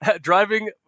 driving